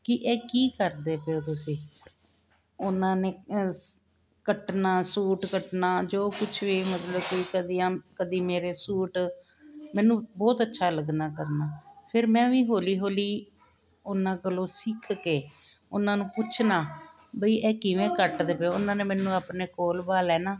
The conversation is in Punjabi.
ਕੀ ਇਹ ਕੀ ਕਰਦੇ ਪਏ ਓ ਤੁਸੀਂ ਉਨ੍ਹਾਂ ਨੇ ਕੱਟਣਾ ਸੂਟ ਕਰਨਾ ਜੋ ਕੁਛ ਵੀ ਮਤਲਬ ਕੀ ਕਦੀ ਅਮ ਕਦੀ ਮੇਰੇ ਸੂਟ ਮੈਨੂੰ ਬਹੁਤ ਅੱਛਾ ਲਗਨਾ ਕਰਨਾ ਫਿਰ ਮੈਂ ਵੀ ਹੌਲੀ ਹੌਲੀ ਉਨ੍ਹਾਂ ਕੋਲੋਂ ਸਿੱਖ ਕੇ ਉਨ੍ਹਾਂ ਨੂੰ ਪੁੱਛਣਾ ਬਈ ਇਹ ਕਿਵੇਂ ਕੱਟਦੇ ਪਏ ਓ ਉਨ੍ਹਾਂ ਨੇ ਆਪਣੇ ਕੋਲ਼ ਬਾ ਲੈਣਾ